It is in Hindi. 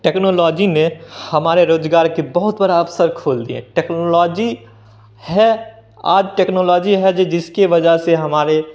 टेक्नोलॉजी में हमारे रोज़गार का बहुत बड़ा अवसर खोल दिए टेक्नोलॉजी है आज टेक्नोलॉजी है जो जिसकी वजह से हमारे